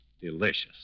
delicious